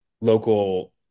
local